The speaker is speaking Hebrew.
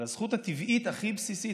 על הזכות הטבעית הכי בסיסית,